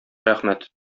рәхмәт